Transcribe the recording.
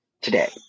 today